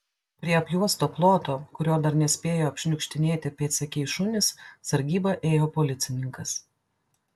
prie apjuosto ploto kurio dar nespėjo apšniukštinėti pėdsekiai šunys sargybą ėjo policininkas